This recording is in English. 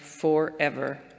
forever